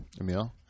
Emil